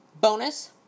Bonus